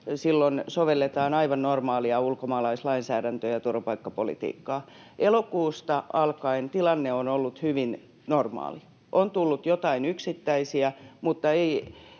silloin sovelletaan aivan normaalia ulkomaalaislainsäädäntöä ja turvapaikkapolitiikkaa. Elokuusta alkaen tilanne on ollut hyvin normaali. On tullut joitain yksittäisiä, mutta ei